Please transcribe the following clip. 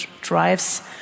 drives